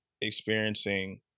experiencing